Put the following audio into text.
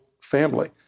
family